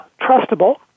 trustable